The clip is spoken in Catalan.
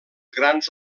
grans